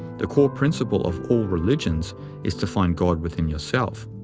the core principle of all religions is to find god within yourself.